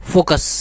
Focus